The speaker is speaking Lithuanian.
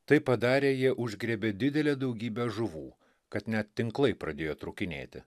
tai padarę jie užgriebė didelę daugybę žuvų kad net tinklai pradėjo trūkinėti